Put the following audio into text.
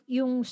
yung